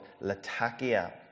Latakia